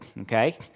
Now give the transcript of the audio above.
okay